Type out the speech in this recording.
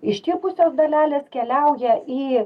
ištirpusios dalelės keliauja į